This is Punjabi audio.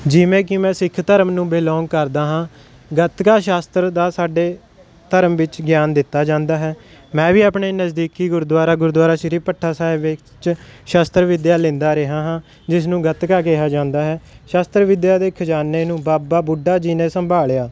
ਜਿਵੇਂ ਕਿ ਮੈਂ ਸਿੱਖ ਧਰਮ ਨੂੰ ਬਿਲੋਂਗ ਕਰਦਾ ਹਾਂ ਗੱਤਕਾ ਸ਼ਾਸਤਰ ਦਾ ਸਾਡੇ ਧਰਮ ਵਿੱਚ ਗਿਆਨ ਦਿੱਤਾ ਜਾਂਦਾ ਹੈ ਮੈਂ ਵੀ ਆਪਣੇ ਨਜ਼ਦੀਕੀ ਗੁਰਦੁਆਰਾ ਗੁਰਦੁਆਰਾ ਸ੍ਰੀ ਭੱਠਾ ਸਾਹਿਬ ਵਿੱਚ ਸ਼ਸਤਰ ਵਿਦਿਆ ਲੈਂਦਾ ਰਿਹਾ ਹਾਂ ਜਿਸ ਨੂੰ ਗੱਤਕਾ ਕਿਹਾ ਜਾਂਦਾ ਹੈ ਸ਼ਸਤਰ ਵਿਦਿਆ ਦੇ ਖਜ਼ਾਨੇ ਨੂੰ ਬਾਬਾ ਬੁੱਢਾ ਜੀ ਨੇ ਸੰਭਾਲਿਆ